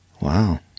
Wow